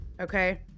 okay